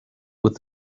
with